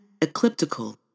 ecliptical